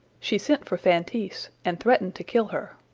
she sent for feintise, and threatened to kill her.